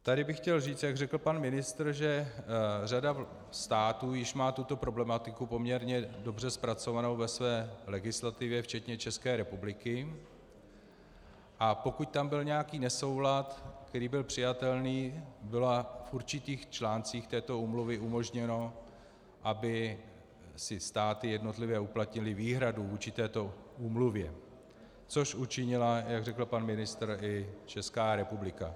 Tady bych chtěl říct, jak řekl pan ministr, že řada států již má tuto problematiku poměrně dobře zpracovánu ve své legislativě včetně ČR, a pokud tam byl nějaký nesoulad, který byl přijatelný, bylo v určitých článcích této úmluvy umožněno, aby si jednotlivé státy uplatnily výhradu vůči této úmluvě, což učinila, jak řekl pan ministr, i Česká republika.